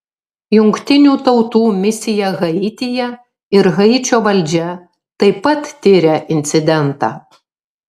jungtinių tautų misija haityje ir haičio valdžia taip pat tiria incidentą